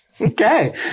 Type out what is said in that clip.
Okay